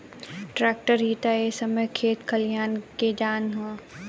tractor ही ता ए समय खेत खलियान के जान ह